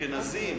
אשכנזים